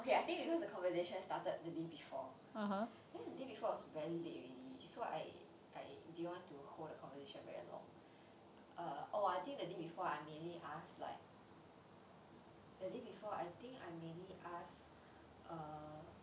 okay I think because the conversation started the day before then the day before it was very late already so I I didn't want to hold the conversation very long err oh I think the day before I mainly ask like the day before I think I mainly ask err